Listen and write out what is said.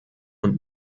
und